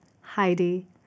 Heidi